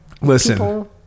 listen